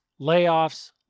layoffs